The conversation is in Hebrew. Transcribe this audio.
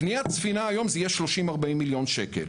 קניית ספינה היום תהיה 30-40 מיליון שקל,